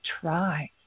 try